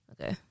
Okay